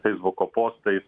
feisbuko postais